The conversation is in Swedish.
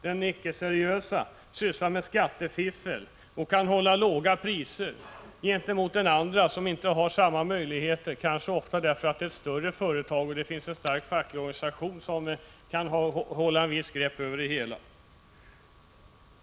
Den icke-seriöse sysslar med skattefiffel och kan hålla låga priser i förhållande till den andre. Den seriöse företagaren har inte samma möjligheter, kanske ofta därför att det är fråga om större företag och det finns en stark facklig organisation som kan hålla ett visst grepp över det hela.